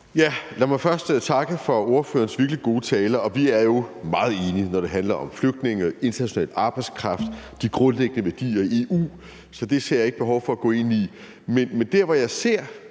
Lad mig først takke for ordførerens virkelig gode tale. Vi er jo meget enige, når det handler om flygtninge, international arbejdskraft og de grundlæggende værdier i EU, så det ser jeg ikke behov for at gå ind i.